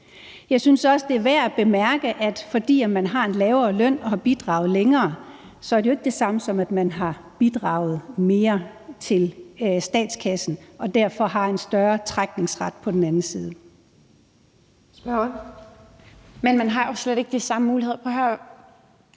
Jeg synes også, det er værd at bemærke, at bare fordi man har en lavere løn og har bidraget længere, er det jo ikke det samme som, at man har bidraget mere til statskassen, og at man derfor har en større ret til tilbagetrækning på den anden side. Kl. 15:12 Den fg. formand (Birgitte